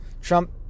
Trump